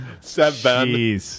seven